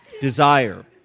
desire